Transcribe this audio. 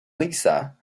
lisa